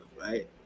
right